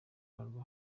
frw